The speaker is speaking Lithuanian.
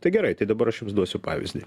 tai gerai tai dabar aš jums duosiu pavyzdį